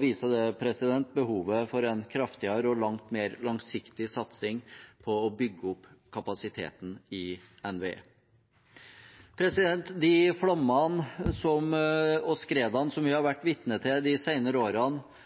viser det behovet for en kraftigere og langt mer langsiktig satsing på å bygge opp kapasiteten i NVE. De flommene og skredene som vi har vært vitne til de senere årene,